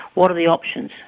what are the options?